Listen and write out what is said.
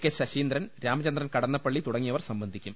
K Saseendran Ramachandran Kadannappally തുടങ്ങിയവർ സംബന്ധിക്കും